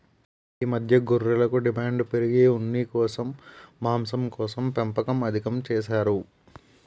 ఈ మధ్య గొర్రెలకు డిమాండు పెరిగి ఉన్నికోసం, మాంసంకోసం పెంపకం అధికం చేసారు